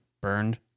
burned